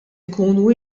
ikunu